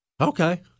Okay